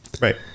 Right